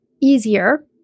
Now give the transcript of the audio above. easier